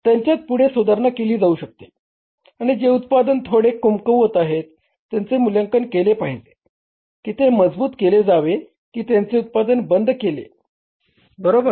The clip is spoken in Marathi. त्याच्यात पुढे सुधारणा केली जाऊ शकते आणि जे उत्पादने थोडी कमकुवत आहेत त्यांचे मूल्यांकन केले पाहिजे की ते मजबूत केले जावे की त्यांचे उत्पादन बंद केले बरोबर